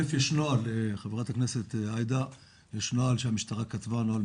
ראשית, יש נוהל, חברת הכנסת עאידה, נוהל מסודר